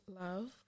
love